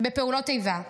בפעולות איבה?